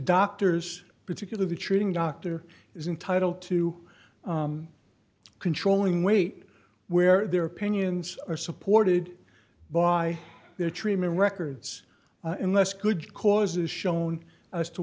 doctors particularly the treating doctor is entitle to controlling weight where their opinions are supported by their treatment records unless good cause is shown as to